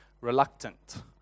reluctant